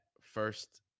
first